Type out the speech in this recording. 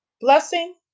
blessing